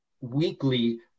weekly